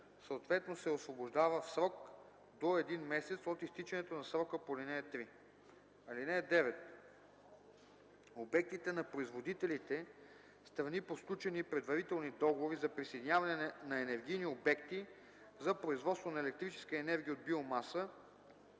съответно се освобождава в срок до един месец от изтичането на срока по ал. 3. (9) Обектите на производителите – страни по сключени предварителни договори за присъединяване на енергийни обекти за производство на електрическа енергия от биомаса,